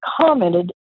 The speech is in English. commented